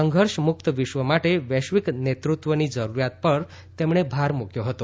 સંઘર્ષ મુક્ત વિશ્વ માટે વૈશ્વિક નેત્રત્વની જરૂરિયાત પર તેમણે ભાર મૂક્યો હતો